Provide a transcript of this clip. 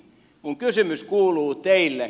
minun kysymykseni kuuluu teille